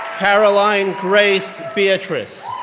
caroline grace beatrice,